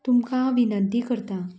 तुमकां विनंती करतां